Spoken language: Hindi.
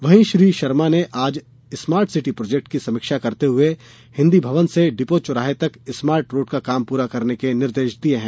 वहीं श्री शर्मा ने आज स्मार्ट सीटी प्रोजेक्ट की समीक्षा करते हुए हिन्दी भवन से डीपो चौराहा तक स्मार्ट रोड का काम पूरा करने के निर्देश दिये हैं